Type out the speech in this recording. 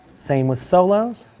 same with solo's,